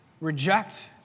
reject